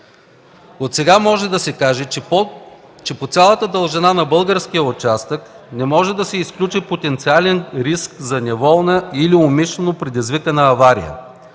Отсега може да се каже, че по цялата дължина на българския участък не може да се изключи потенциален риск за неволно или умишлено предизвикана авария.